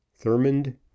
Thurmond